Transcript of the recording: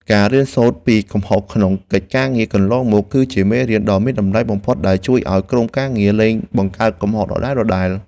ការរៀនសូត្រពីកំហុសក្នុងកិច្ចការងារកន្លងមក គឺជាមេរៀនដ៏មានតម្លៃបំផុតដែលជួយឱ្យក្រុមការងារលែងបង្កើតកំហុសដដែលៗ។